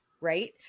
right